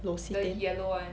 L'occitane